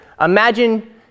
imagine